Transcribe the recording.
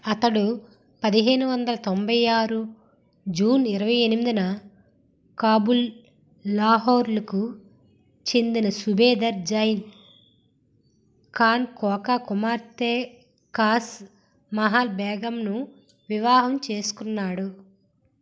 అతడు పదిహేను వందల తొంభై ఆరు జూన్ ఇరవై ఎనిమిదిన కాబూల్ లాహోర్లకు చెందిన సుబేదార్ జైన్ ఖాన్ కోకా కుమార్తె ఖాస్ మహల్ బేగంను వివాహం చేసుకున్నాడు